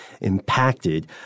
impacted